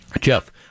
Jeff